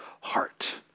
heart